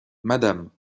madame